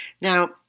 Now